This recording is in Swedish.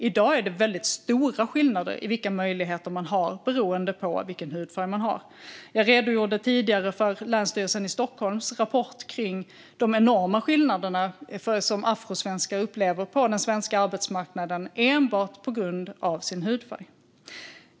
I dag är det väldigt stora skillnader i vilka möjligheter man har beroende på ens hudfärg. Jag redogjorde tidigare för länsstyrelsens i Stockholm rapport kring de enorma skillnaderna som afrosvenskar upplever på den svenska arbetsmarknaden enbart på grund av sin hudfärg.